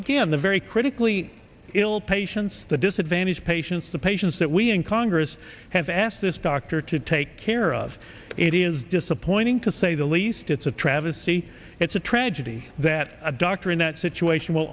again the very critically ill patients the disadvantaged patients the patients that we in congress have asked this doctor to take care of it is disappointing to say the least it's a travesty it's a tragedy that dr in that situation will